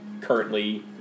currently